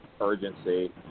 urgency